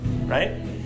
Right